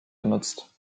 genutzt